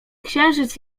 księżyc